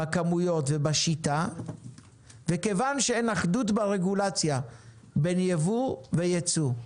בכמויות ובשיטה וכיוון שאין אחדות ברגולציה בין ייבוא וייצוא.